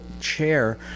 chair